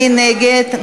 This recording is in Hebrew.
מי נגד?